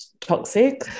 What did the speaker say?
toxic